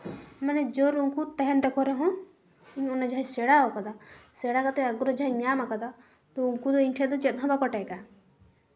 ᱢᱟᱱᱮ ᱡᱳᱨ ᱩᱱᱠᱩ ᱛᱟᱦᱮᱱ ᱛᱟᱠᱚ ᱨᱮᱦᱚᱸ ᱤᱧ ᱚᱱᱟ ᱡᱟᱦᱟᱸᱧ ᱥᱮᱬᱟ ᱠᱟᱫᱟ ᱥᱮᱬᱟ ᱠᱟᱛᱮ ᱟᱜᱽᱜᱨᱚᱦᱚ ᱡᱟᱦᱟᱸᱧ ᱧᱟᱢ ᱠᱟᱫᱟ ᱛᱚ ᱩᱱᱠᱩ ᱫᱚ ᱤᱧ ᱴᱷᱮᱡ ᱫᱚ ᱪᱮᱫ ᱦᱚᱸ ᱵᱟᱠᱚ ᱴᱮᱠᱼᱟ